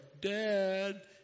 dad